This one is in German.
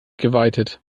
geweitet